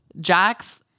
Jax